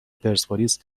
پرسپولیس